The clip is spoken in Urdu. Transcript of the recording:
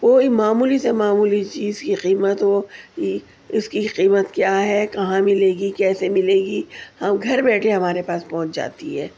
کوئی معمولی سے معمولی چیز کی قیمت ہو کہ اس کی قیمت کیا ہے کہاں ملے گی کیسے ملے گی اب گھر بیٹھے ہمارے پاس پہنچ جاتی ہے